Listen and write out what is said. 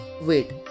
Wait